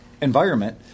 environment